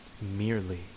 merely